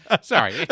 sorry